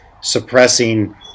suppressing